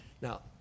Now